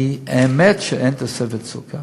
כי האמת היא שאין תוספת סוכר